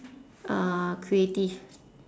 uh creative